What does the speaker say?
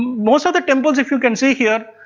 most of the temples if you can see here,